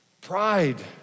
pride